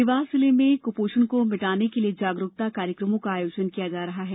देवास जिले में कृपोषण को मिटाने के लिये जागरूकता कार्यक्रमों का आयोजन किया जा रहा है